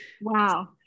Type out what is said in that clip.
Wow